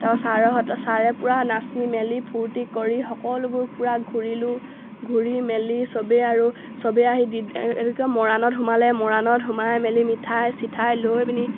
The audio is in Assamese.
তাৰপা ছাৰহঁত ছাৰে পূৰা নাচি মেলি ফূৰ্তি কৰি সকলোবোৰ পূৰা ঘূৰিলোঁ ঘূৰি মেলি সবেই আৰু সবেই আহি দি এইটো কি কয় মৰাণত সোমালে মৰাণত সোমাই মেলি মিঠাই চিঠাই লৈ পিনি